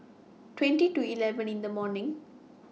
twenty to eleven in The morning